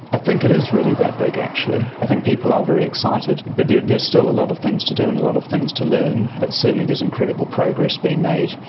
i think it is really that big actually. i think people are very excited, but there's there's still a lot of things to do and lot of things to learn, and but certainly there's incredible progress being made.